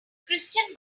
christian